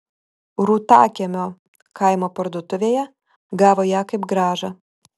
rūtakiemio kaimo parduotuvėje gavo ją kaip grąžą